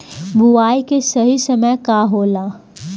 बुआई के सही समय का होला?